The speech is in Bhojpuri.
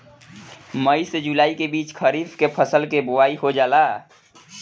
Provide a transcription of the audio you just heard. मई से जुलाई के बीच खरीफ के फसल के बोआई हो जाला